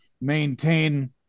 maintain